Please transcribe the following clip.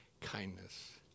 kindness